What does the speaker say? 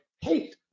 hate